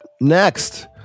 Next